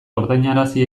ordainarazi